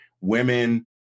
women